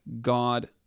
God